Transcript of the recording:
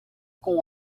com